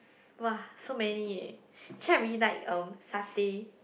[wah] so many eh actually I really like um satay